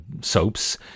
soaps